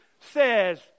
says